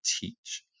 teach